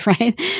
right